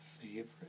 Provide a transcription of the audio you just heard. favorite